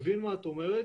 אני מבין מה את אומרת,